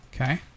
okay